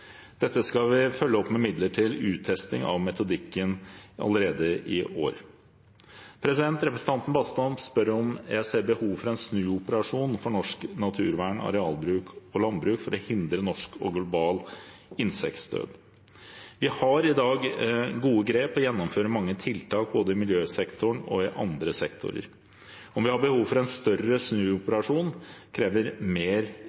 Dette skal vi følge opp med midler til uttesting av metodikken allerede i år. Representanten Bastholm spør om jeg ser behov for en snuoperasjon for norsk naturvern, arealbruk og landbruk for å hindre norsk og global insektdød. Vi har i dag gode grep og gjennomfører mange tiltak både i miljøsektoren og i andre sektorer. Om vi har behov for en større snuoperasjon, krever mer